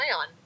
on